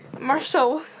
Marshall